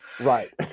Right